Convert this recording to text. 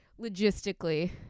logistically